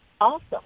Awesome